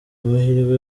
amahirwe